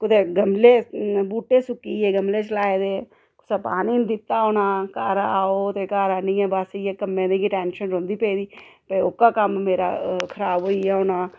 कुदै गमले बूह्टे सुक्की गे गमले च लाए दे कुसै पानी नी दित्ता होना घर आओ बस ते घर आइयै बस इ'यै कम्मै दी गै टैंशन रौंह्दी पेदी के ओह्का कम्म मेरा खराब होई गेआ होना